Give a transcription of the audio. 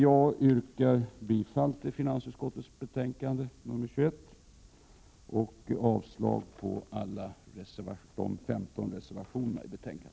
Jag yrkar bifall till hemställan i finansutskottets betänkande 21 och avslag på alla de 15 reservationerna.